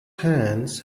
hands